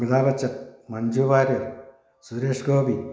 Amitabh Bachchan Manju Warrier Suresh Gopi